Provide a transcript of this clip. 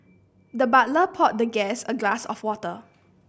the butler poured the guest a glass of water